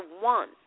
one